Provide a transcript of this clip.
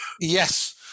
Yes